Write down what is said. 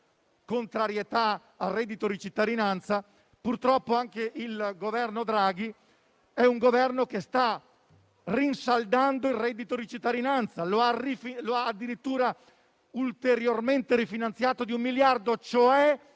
cittadinanza - sta rinsaldando il reddito di cittadinanza; lo ha addirittura ulteriormente rifinanziato di un miliardo.